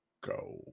Go